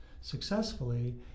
successfully